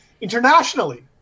internationally